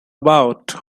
about